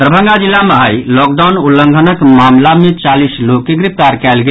दरभंगा जिला मे आई लॉकडाउन उल्लंघनक मामिला मे चालीस लोक के गिरफ्तार कयल गेल